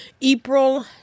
April